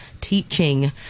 teaching